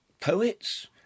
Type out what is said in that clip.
poets